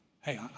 hey